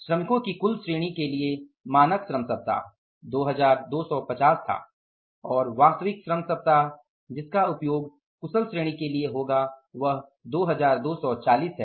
श्रमिकों की कुशल श्रेणी के लिए मानक श्रम सप्ताह 2250 था और वास्तविक श्रम सप्ताह जिसका उपयोग कुशल श्रेणी के लिए होगा वह 2240 है